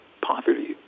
poverty